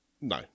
No